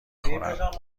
خورم